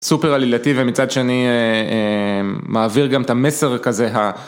סופר עלילתי, ומצד שני, מעביר גם את המסר כזה.